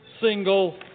single